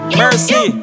mercy